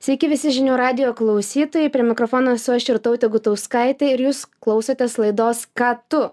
sveiki visi žinių radijo klausytojai prie mikrofono esu aš jurtautė gutauskaitė ir jūs klausotės laidos ką tu